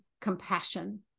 compassion